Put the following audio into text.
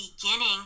beginning